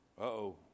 Uh-oh